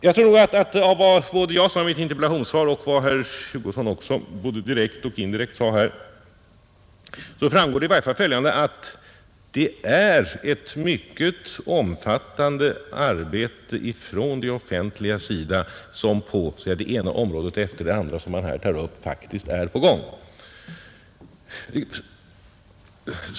Jag tror att det både av vad jag sade i mitt interpellationssvar och av vad herr Hugosson direkt och indirekt sade här framgår att ett mycket omfattande arbete från det offentligas sida faktiskt är på gång på det ena området efter det andra som man här talar om.